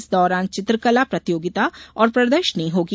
इस दौरान चित्रकला प्रतियोगिता और प्रदर्शनी होगी